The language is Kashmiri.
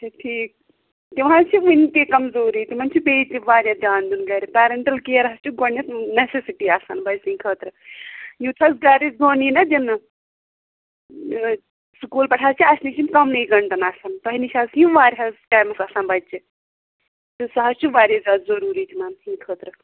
اچھا ٹھیٖک تِم حظ چھِ ونتہ کمزوری تمن چھ بیٚیہِ تہ واریاہ دھیان دیُن گرِ پیرنٹل کیر حظ چھُ گۄڈنیٚتھ نیٚسَسٹی آسان بچہ سٕنٛد خٲطرٕ یُتھ حظ گَرٕ دھیان یی نہ دنہ سُکول پیٚٹھ حظ چھِ یم کمنے گنٹَن آسان تۄہہِ نِش چھِ یم وارہس ٹایمَس آسان بچہ سُہ حظ چھُ واریاہ زیاد ضوٚروٗری یِمن ہٕنٛد خٲطرٕ